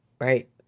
Right